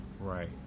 Right